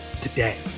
today